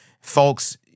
Folks